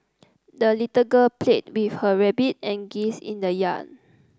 the little girl played with her rabbit and geese in the yard